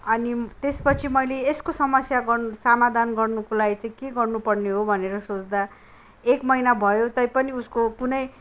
अनि त्यसपछि मैले यासको समस्या गर्नु सामाधान गर्नुको लागि चाहिँ के गर्नु पर्ने हो भनेर सोच्दा एक महिना भयो तैपनि उसको कुनै